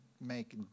make